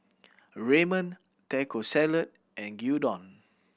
Ramen Taco Salad and Gyudon